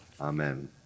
Amen